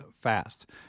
fast